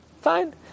Fine